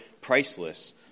priceless